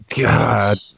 God